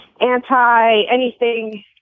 anti-anything